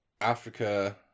Africa